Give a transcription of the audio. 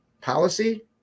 policy